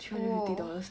oh